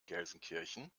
gelsenkirchen